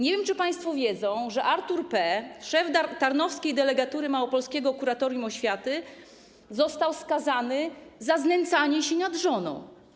Nie wiem, czy państwo wiedzą, że Artur P., szef tarnowskiej delegatury małopolskiego kuratorium oświaty, został skazany za znęcanie się nad żoną.